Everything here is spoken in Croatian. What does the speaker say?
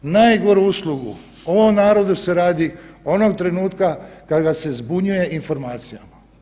Najgoru uslugu ovom narodu se radi onog trenutka kad ga se zbunjuje informacijama.